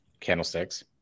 candlesticks